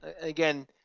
Again